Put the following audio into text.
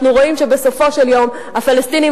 ואנחנו רואים שבסופו של יום הפלסטינים